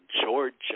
Georgia